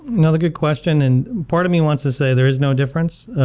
another good question. and part of me wants to say there is no difference,